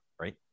right